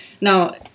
Now